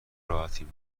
راحتین